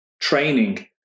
training